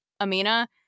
Amina